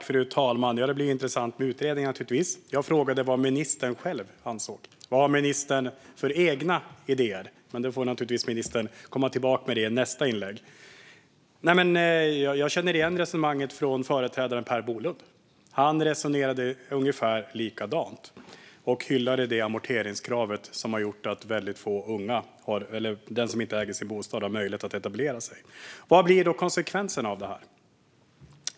Fru talman! Det blir intressant att se resultatet av utredningen. Jag frågade vad ministern själv anser, vilka egna idéer ministern själv har. Det får ministern komma tillbaka med i nästa inlägg. Jag känner igen resonemanget från företrädaren Per Bolund. Han resonerade ungefär likadant och hyllade det amorteringskrav som har gjort att väldigt få unga eller den som inte äger sin bostad har möjlighet att etablera sig på den ägda bostadsmarknaden. Vad blir konsekvenserna av det här?